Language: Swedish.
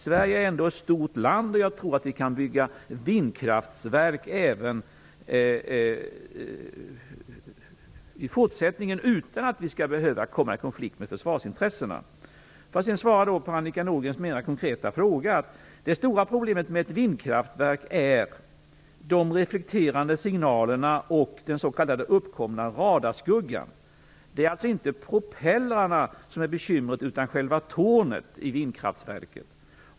Sverige är ändå ett stort land, och jag tror att vi kan bygga vindkraftverk även i fortsättningen utan att det skall behöva uppstå konflikter med försvarsintressena. Sedan vill jag svara på Annika Nordgrens mera konkreta fråga. Det stora problemet med vindkraftverk är de reflekterande signalerna och den s.k. uppkomna radarskuggan. Det är inte propellrarna som är bekymret, utan det är alltså själva tornet i vindkraftverket.